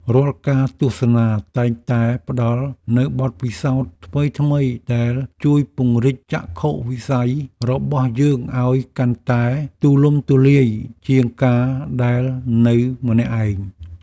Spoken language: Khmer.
រាល់ការទស្សនាតែងតែផ្ដល់នូវបទពិសោធន៍ថ្មីៗដែលជួយពង្រីកចក្ខុវិស័យរបស់យើងឱ្យកាន់តែទូលំទូលាយជាងការដែលនៅម្នាក់ឯង។